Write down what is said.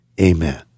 amen